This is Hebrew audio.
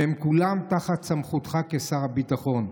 והם כולם תחת סמכותך כשר הביטחון.